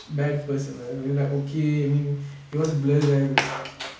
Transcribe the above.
bad person like whatever I mean like okay I mean he was blur then